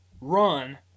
run